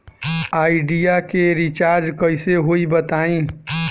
Idea के recharge कइसे होई बताईं?